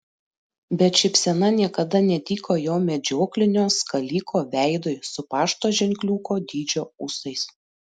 bet šypsena niekada netiko jo medžioklinio skaliko veidui su pašto ženkliuko dydžio ūsais